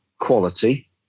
quality